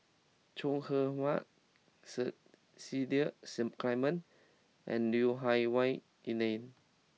Chong Heman Cecil Clementi and Lui Hah Wah Elena